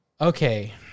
Okay